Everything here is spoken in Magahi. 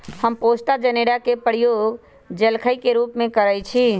हम पोस्ता जनेरा के प्रयोग जलखइ के रूप में करइछि